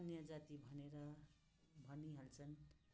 अन्य जाति भनेर भनिहाल्छन्